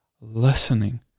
listening